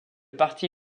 parti